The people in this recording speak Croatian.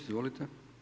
Izvolite.